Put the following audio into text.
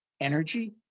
energy